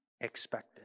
expected